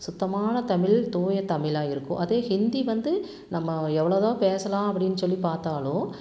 சுத்தமான தமிழ் தூய தமிழா இருக்கும் அதே ஹிந்தி வந்து நம்ம எவ்வளோ தான் பேசலாம் அப்படின்னு சொல்லிப் பார்த்தாலும்